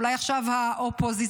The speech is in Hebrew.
אולי עכשיו האופוזיציונר,